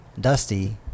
Dusty